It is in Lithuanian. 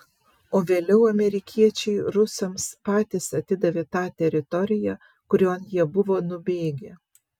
o vėliau amerikiečiai rusams patys atidavė tą teritoriją kurion jie buvo nubėgę